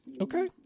okay